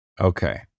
Okay